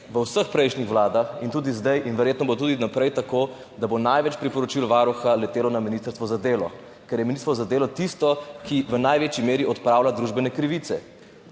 v vseh prejšnjih vladah in tudi zdaj in verjetno bo tudi naprej tako, da bo največ priporočil Varuha letelo na Ministrstvo za delo, ker je Ministrstvo za delo tisto, ki v največji meri odpravlja družbene krivice.